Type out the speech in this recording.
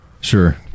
Sure